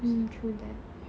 mm true that